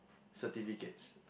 certificates